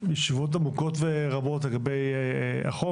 ישיבות עמוקות ורבות לגבי החוק.